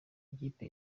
ikipe